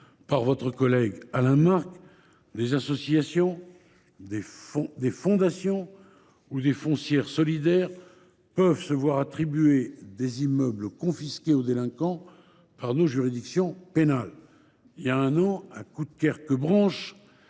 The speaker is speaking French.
par votre collègue Alain Marc, des associations, des fondations ou des foncières solidaires, peuvent se voir attribuer des immeubles confisqués aux délinquants par nos juridictions pénales. Il y a un an, à Coudekerque Branche,